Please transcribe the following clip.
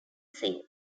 scene